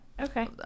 Okay